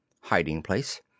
hiding-place